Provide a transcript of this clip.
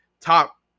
top